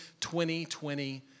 2020